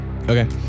Okay